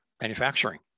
manufacturing